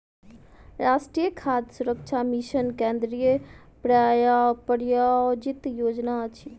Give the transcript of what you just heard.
राष्ट्रीय खाद्य सुरक्षा मिशन केंद्रीय प्रायोजित योजना अछि